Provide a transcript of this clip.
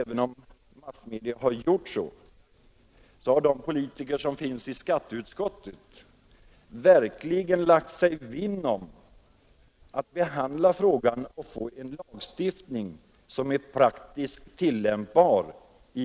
Men de politiker som sitter i skatteutskottet har verkligen lagt sig vinn om att åstadkomma en lagstiftning som är praktiskt tillämpbar.